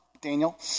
Daniel